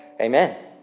Amen